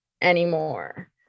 anymore